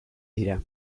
dira